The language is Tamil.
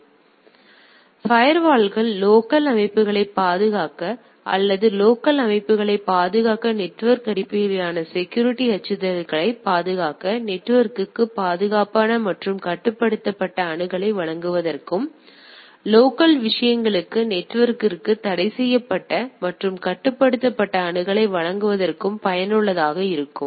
இப்போது ஃபயர்வால்கள் லோக்கல் அமைப்புகளைப் பாதுகாக்க அல்லது லோக்கல் அமைப்புகளைப் பாதுகாக்க நெட்வொர்க் அடிப்படையிலான செக்யூரிட்டி அச்சுறுத்தல்களைப் பாதுகாக்க நெட்வொர்க்ற்கு பாதுகாப்பான மற்றும் கட்டுப்படுத்தப்பட்ட அணுகலை வழங்குவதற்கும் லோக்கல் விஷயங்களுக்கு நெட்வொர்க்ற்கு தடைசெய்யப்பட்ட மற்றும் கட்டுப்படுத்தப்பட்ட அணுகலை வழங்குவதற்கும் பயனுள்ளதாக இருக்கும்